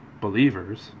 believers